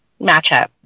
matchup